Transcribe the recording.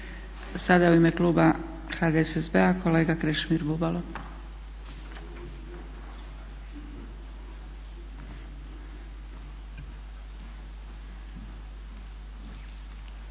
sada u ime kluba HDSSB-a kolega Krešimir Bubalo.